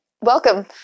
Welcome